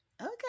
Okay